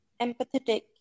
empathetic